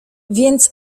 więc